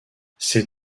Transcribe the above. ces